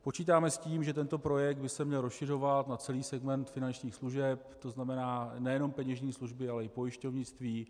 Počítáme s tím, že tento projekt by se měl rozšiřovat na celý segment finančních služeb, to znamená nejenom peněžní služby, ale i pojišťovnictví.